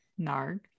Narg